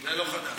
זה לא חדש.